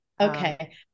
Okay